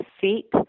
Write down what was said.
feet